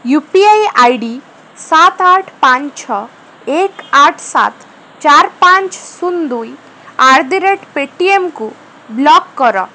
you P I ID ସାତ ଆଠ ପାଞ୍ଚ ଛଅ ଏକ ଆଠ ସାତ ଚାରି ପାଞ୍ଚ ଶୂନ ଦୁଇ ଆଟ୍ ଦ ରେଟ୍ ପେଟିଏମ୍କୁ ବ୍ଲକ୍ କର